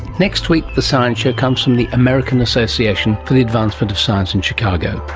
next week the science show comes from the american association for the advancement of science in chicago.